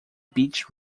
beach